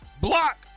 block